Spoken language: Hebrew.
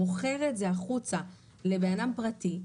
מוכר את זה החוצה לבן אדם פרטי,